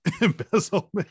embezzlement